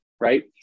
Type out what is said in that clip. right